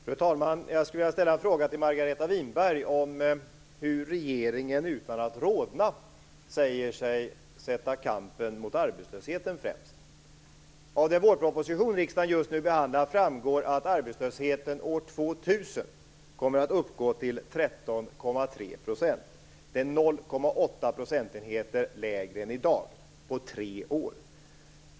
Fru talman! Jag skulle vilja ställa en fråga till Margareta Winberg. Jag undrar hur man i regeringen utan att rodna kan säga sig sätta kampen mot arbetslösheten främst. Av den vårproposition riksdagen just nu behandlar framgår det att arbetslösheten år 2000 kommer att uppgå till 13,3 %. Det är 0,8 procentenheter lägre än i dag, på tre år.